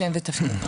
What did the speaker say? שם ותפקיד.